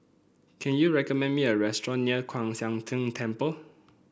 can you recommend me a restaurant near Kwan Siang Tng Temple